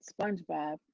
SpongeBob